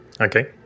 Okay